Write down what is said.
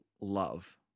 love